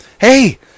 Hey